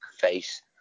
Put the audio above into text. face